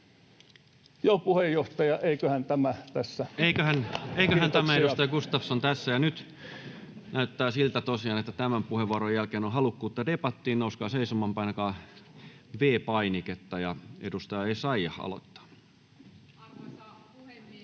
Content: Eiköhän tämä, edustaja Gustafsson, tässä. — Ja nyt näyttää siltä tosiaan, että tämän puheenvuoron jälkeen on halukkuutta debattiin. Nouskaa seisomaan, painakaa V-painiketta. — Ja edustaja Essayah aloittaa. [Speech